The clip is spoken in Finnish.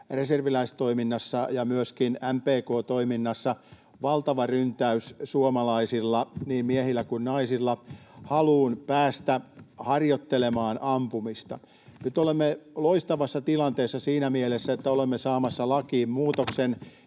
reserviläistoiminnassa ja myöskin MPK-toiminnassa valtava ryntäys suomalaisilla, niin miehillä kuin naisilla, ja halu päästä harjoittelemaan ampumista. Nyt olemme loistavassa tilanteessa siinä mielessä, että olemme saamassa lakiin muutoksen,